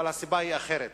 אבל הסיבה היא אחרת.